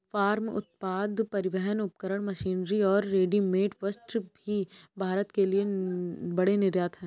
farm उत्पाद, परिवहन उपकरण, मशीनरी और रेडीमेड वस्त्र भी भारत के लिए बड़े निर्यात हैं